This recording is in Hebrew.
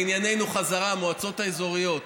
חזרה לענייננו, המועצות האזוריות.